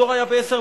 התור היה ב-10:00,